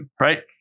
Right